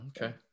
okay